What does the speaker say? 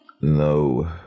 No